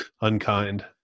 unkind